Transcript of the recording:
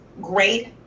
great